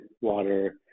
water